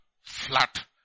flat